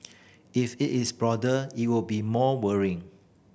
if it is broader it would be more worrying